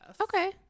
Okay